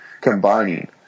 combining